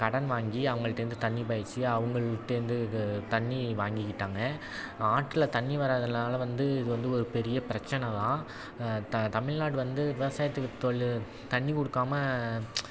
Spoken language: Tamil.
கடன் வாங்கி அவங்கள்ட்ட இருந்து தண்ணி பாய்ச்சி அவங்கள்ட்ட இருந்து இது தண்ணி வாங்கிக்கிட்டாங்க ஆற்றுல தண்ணி வராதனால வந்து இது வந்து ஒரு பெரிய பிரச்சனை தான் த தமிழ்நாடு வந்து விவசாயத்துக்கு தொலு தண்ணி கொடுக்காம